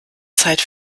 zeit